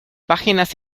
páginas